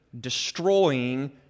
destroying